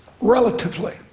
relatively